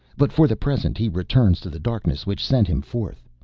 but for the present he returns to the darkness which sent him forth.